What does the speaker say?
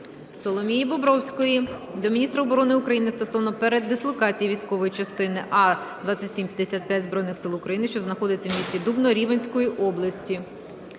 Соломії Бобровської до міністра оборони України стосовно передислокації військової частини А2755 Збройних Сил України що знаходиться в місті Дубно Рівненської області.